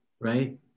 Right